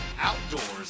outdoors